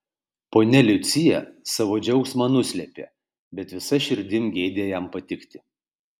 ponia liucija savo džiaugsmą nuslėpė bet visa širdim geidė jam patikti